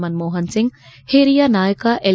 ಮನಮೋಪನ್ ಸಿಂಗ್ ಓರಿಯ ನಾಯಕ ಎಲ್